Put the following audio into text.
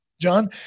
John